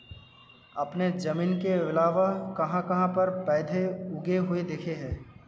आपने जमीन के अलावा कहाँ कहाँ पर पौधे उगे हुए देखे हैं?